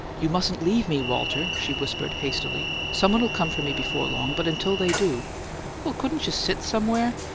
you mustn't leave me, walter, she whispered, hastily. somebody'll come for me before long, but until they do well, couldn't you sit somewhere?